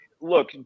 look